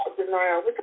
denial